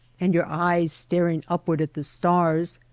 and your eyes staring upward at the stars,